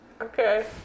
Okay